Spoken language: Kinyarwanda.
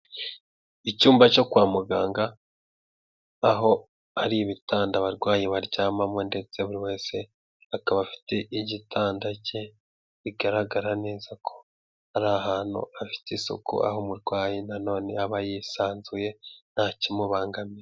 Icyumba cyo kwa muganga, aho hari ibitanda abarwayi baryamamo ndetse buri wese akaba afite igitanda cye bigaragara neza ko ari ahantu hafite isuku, aho umurwayi nanone aba yisanzuye nta kimubangamira.